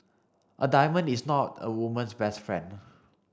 a diamond is not a woman's best friend